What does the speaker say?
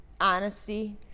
honesty